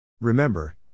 Remember